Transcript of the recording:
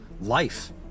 life